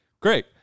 great